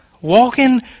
Walking